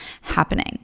happening